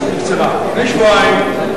קצר: לפני שבועיים,